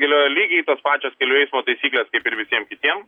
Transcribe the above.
galioja lygiai tos pačios kelių eismo taisyklės kaip ir visiem kitiem